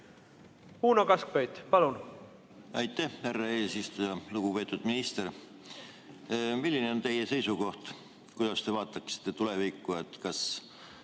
Uno Kaskpeit, palun! Aitäh, härra eesistuja! Lugupeetud minister! Milline on teie seisukoht, kuidas te vaatate tulevikku? Kas